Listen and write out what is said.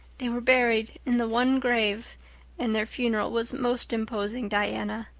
they were buried in the one grave and their funeral was most imposing, diana.